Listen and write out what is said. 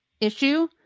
issue